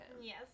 Yes